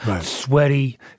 Sweaty